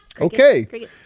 Okay